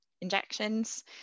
injections